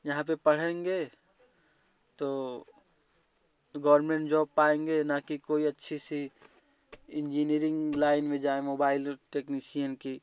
यहाँ पर पढ़ेंगे तो गौर्नमेंट जॉब पाएँगे ना की कोई अच्छी सी इंजीनियरिंग लाइन में जाए मोबाइल टेक्निशियन की